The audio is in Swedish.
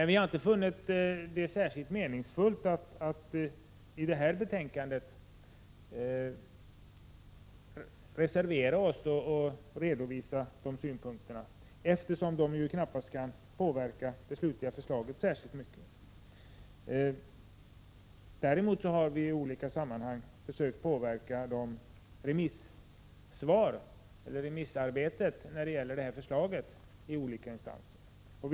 Vi har inte funnit det särskilt meningsfullt att reservera oss, eftersom det knappast kan påverka det slutliga förslaget särskilt mycket. Däremot har vi i olika sammanhang försökt påverka remissarbetet i de olika instanserna.